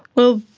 well,